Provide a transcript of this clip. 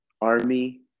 Army